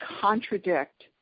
contradict